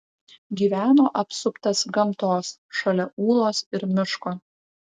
gyveno apsuptas gamtos šalia ūlos ir miško